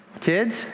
Kids